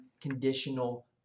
conditional